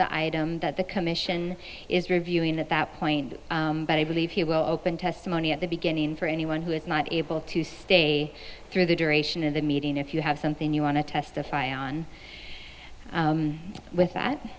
the item that the commission is reviewing at that point but i believe you will open testimony at the beginning for anyone who is not able to stay through the duration of the meeting if you have something you want to testify i on with that